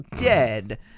dead